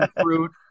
fruit